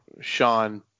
Sean